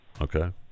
Okay